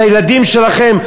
לילדים שלכם,